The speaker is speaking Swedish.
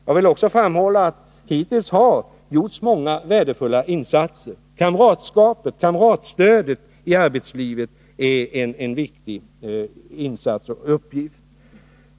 Jag vill också framhålla att det hittills har gjorts mycket värdefulla insatser. Kamratstödet i arbetslivet är också en viktig insats.